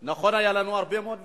נכון, היו לנו הרבה מאוד ויכוחים,